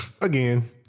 Again